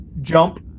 jump